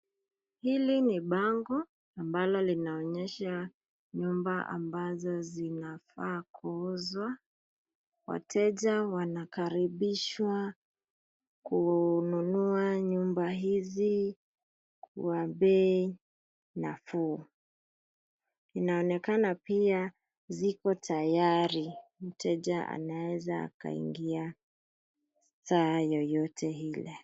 Hili ni bango ambalo linaonyesha nyumba ambazo zinafaa kuuzwa. Wateja wanakaribishwa kununua nyumba hizi kwa bei nafuu, inaonekana pia ziko tayari, mteja anaweza akaingia saa yoyote ile.